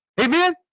Amen